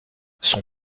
son